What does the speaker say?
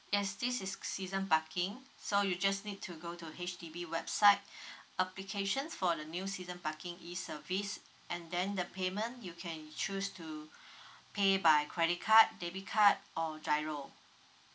yes this is season parking so you just need to go to H_D_B website applications for the new season parking e service and then the payment you can choose to pay by credit card debit card or GIRO